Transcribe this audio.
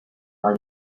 dans